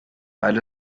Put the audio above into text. weil